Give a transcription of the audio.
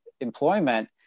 employment